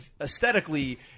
Aesthetically